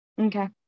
Okay